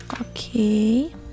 Okay